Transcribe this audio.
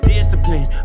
Discipline